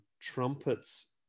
trumpets